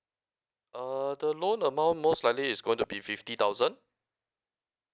uh the loan amount most likely it's going to be fifty thousand